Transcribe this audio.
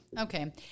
Okay